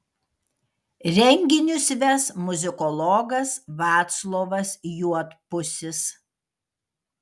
renginius ves muzikologas vaclovas juodpusis